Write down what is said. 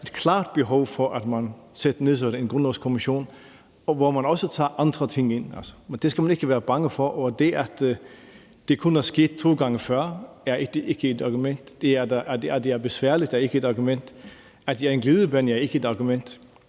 jeg, et klart behov for, at man nedsætter en grundlovskommission, hvor man også tager andre ting ind. Det skal man ikke være bange for. Og det, at det kun er sket to gange før, er ikke et argument. At det er besværligt, er ikke et argument. At det er en glidebane, er ikke et argument.